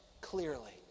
clearly